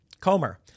Comer